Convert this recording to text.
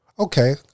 Okay